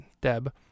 Deb